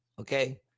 okay